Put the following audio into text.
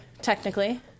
technically